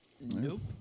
nope